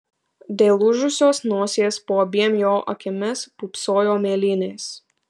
dėl lūžusios nosies po abiem jo akimis pūpsojo mėlynės